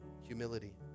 humility